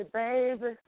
baby